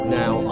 now